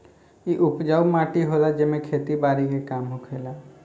इ उपजाऊ माटी होला जेमे खेती बारी के काम होखेला